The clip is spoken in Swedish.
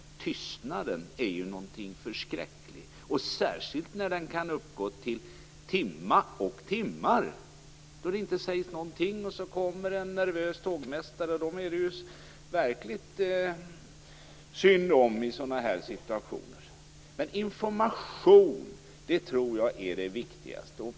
Tystnaden är ju förskräcklig, särskilt när den kan pågå i timmar, då det inte sägs någonting. Sedan kommer en nervös tågmästare, och tågmästarna är det ju verkligen synd om i sådana här situationer. Information tror jag är det viktigaste.